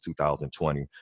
2020